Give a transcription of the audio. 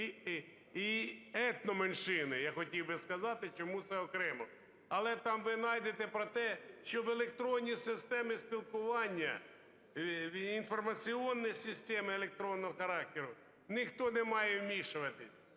і етноменшини, я хотів би сказати чому це окремо. Але ви там найдете про те, що в електронні системи спілкування, інформаційні системи електронного характеру ніхто не має вмішуватися.